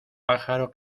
pájaro